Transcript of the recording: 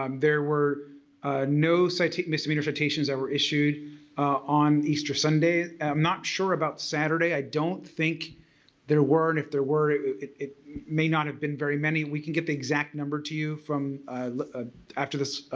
um there were no so misdemeanor citations that were issued on easter sunday, i'm not sure about saturday. i don't think there were and if there were it it may not have been very many. we can get the exact number to you ah after this